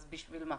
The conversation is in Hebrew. אז בשביל מה?